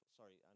Sorry